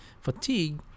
fatigue